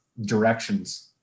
directions